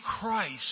Christ